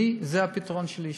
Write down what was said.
זה הפתרון שלי.